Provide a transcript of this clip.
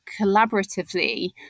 collaboratively